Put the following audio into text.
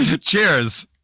cheers